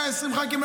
120 ח"כים,